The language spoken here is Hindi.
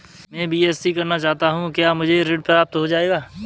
मैं बीएससी करना चाहता हूँ क्या मुझे ऋण प्राप्त हो जाएगा?